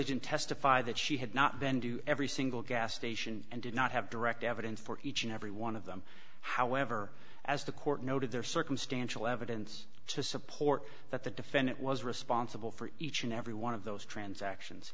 agent testify that she had not then do every single gas station and did not have direct evidence for each and every one of them however as the court noted there circumstantial evidence to support that the defendant was responsible for each and every one of those transactions